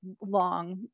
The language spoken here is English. long